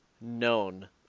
known